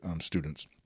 students